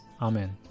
Amen